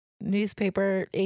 newspaper